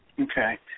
Okay